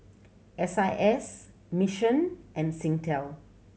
S I S Mission and Singtel